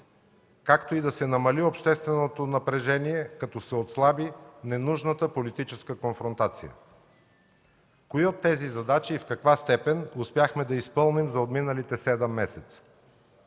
както и да се намали общественото напрежение като се отслаби ненужната политическа конфронтация. Кои от тези задачи и в каква степен успяхме да изпълним за отминалите седем